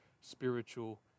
spiritual